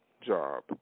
job